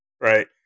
Right